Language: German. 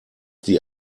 die